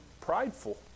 prideful